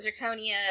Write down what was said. Zirconia